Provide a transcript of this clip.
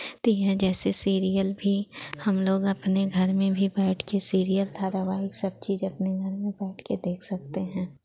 ती है जैसे सीरियल भी हम लोग अपने घर में भी बैठ के सीरियल धारावाहिक सब चीज़ अपने घर में बैठ के देख सकते हैं